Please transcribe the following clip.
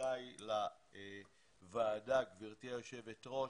חברותיי לוועדה, גברתי היושבת-ראש,